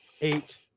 eight